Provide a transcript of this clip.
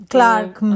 Clark